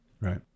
right